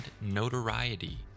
notoriety